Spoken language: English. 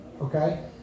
Okay